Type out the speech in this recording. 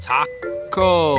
Taco